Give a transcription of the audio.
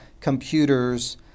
computers